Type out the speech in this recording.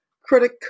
critic